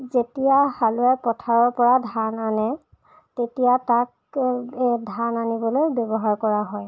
যেতিয়া হালোৱাই পথাৰৰ পৰা ধান আনে তেতিয়া তাক ধান আনিবলৈ ব্যৱহাৰ কৰা হয়